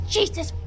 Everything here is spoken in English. Jesus